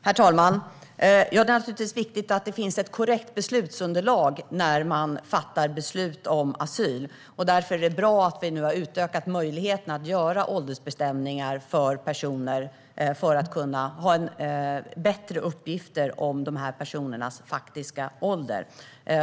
Herr talman! Det är naturligtvis viktigt att det finns ett korrekt beslutsunderlag när man fattar beslut om asyl. Därför är det bra att vi nu har utökat möjligheten att göra åldersbestämningar för personer, så att vi kan ha bättre uppgifter om dessa personers faktiska ålder.